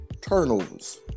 Turnovers